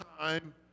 time